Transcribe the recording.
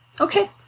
Okay